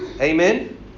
Amen